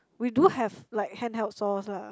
we do have like handheld saws lah